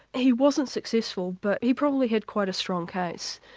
he wasn't successful, but he probably had quite a strong case.